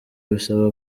bisaba